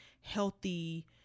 healthy